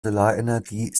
solarenergie